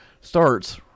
starts